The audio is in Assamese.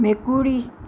মেকুৰী